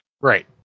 Right